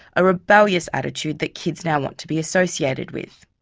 a rebellious attitude that kids now want to be associated with.